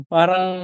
Parang